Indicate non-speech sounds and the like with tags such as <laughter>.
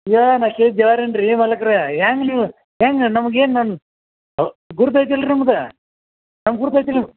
ಏನಕ್ಕೆ <unintelligible> ಮಾಲೀಕ್ರೆ ಹೆಂಗ ನೀವು ಹೆಂಗೆ ನಮಗೆ ಏನನ ಗುರುತೈತಲ್ರೀ ನಮ್ದು ನಮ್ಮ ಗುರುತೈತಿಲ್ಲ